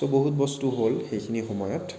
চ' বহুত বস্তু হ'ল সেইখিনি সময়ত